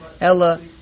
Ella